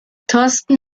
thorsten